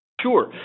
Sure